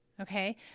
okay